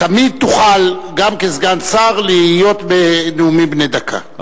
תמיד תוכל, גם כסגן שר, להיות בנאומים בני דקה.